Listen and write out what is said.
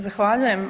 Zahvaljujem.